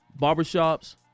barbershops